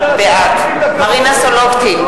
בעד מרינה סולודקין,